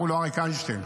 קראו לו אריק איינשטיין.